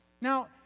Now